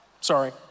sorry